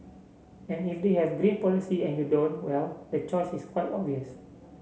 and if they have green policy and you don't well the choice is quite obvious